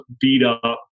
beat-up